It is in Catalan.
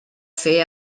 fer